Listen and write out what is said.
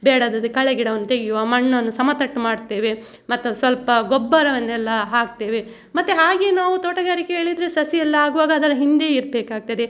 ಬೇಡದದ್ದು ಕಳೆ ಗಿಡನ್ನು ತೆಗೆಯುವ ಮಣ್ಣನ್ನು ಸಮತಟ್ಟು ಮಾಡ್ತೇವೆ ಮತ್ತೆ ಸ್ವಲ್ಪ ಗೊಬ್ಬರವನ್ನೆಲ್ಲ ಹಾಕ್ತೇವೆ ಮತ್ತೆ ಹಾಗೆ ನಾವು ತೋಟಗಾರಿಕೆ ಹೇಳಿದರೆ ಸಸಿಯೆಲ್ಲ ಆಗುವಾಗ ಅದರ ಹಿಂದೇ ಇರಬೇಕಾಗ್ತದೆ